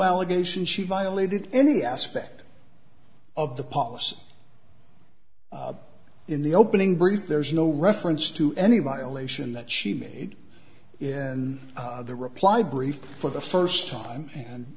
allegation she violated any aspect of the policy in the opening brief there is no reference to any violation that she made in the reply brief for the first time and